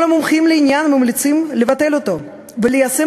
כל המומחים לעניין ממליצים לבטל אותו וליישם